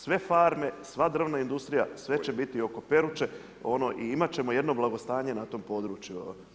Sve farme, sva drvna industrija, sve će biti oko Peruče i imat ćemo jedno blagostanje na tom području.